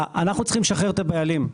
אנחנו צריכים לשחרר את הבעלים.